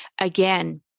Again